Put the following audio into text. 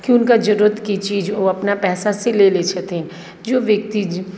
की हुनका जरुरत की चीज ओ अपना पैसा सँ ले लै छथिन जो व्यक्ति